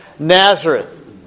Nazareth